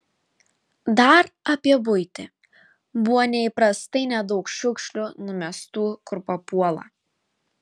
dar apie buitį buvo neįprastai nedaug šiukšlių numestų kur papuola